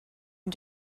and